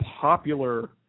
popular